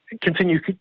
continue